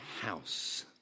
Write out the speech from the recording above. house